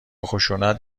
خشونت